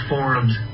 Forum's